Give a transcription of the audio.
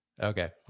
Okay